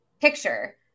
picture